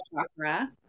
chakra